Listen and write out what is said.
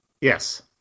Yes